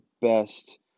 best